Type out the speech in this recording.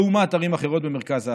לעומת ערים אחרות במרכז הארץ.